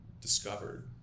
discovered